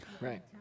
Right